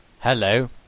Hello